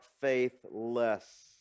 faithless